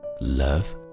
love